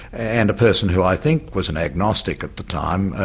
and person who i think was an agnostic at the time,